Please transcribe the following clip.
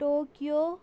Tokyo